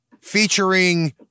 featuring